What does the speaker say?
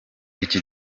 iki